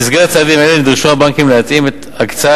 במסגרת צעדים אלה נדרשו הבנקים להתאים את הקצאת